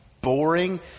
boring